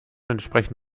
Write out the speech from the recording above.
entsprechen